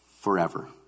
forever